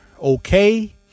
okay